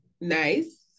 nice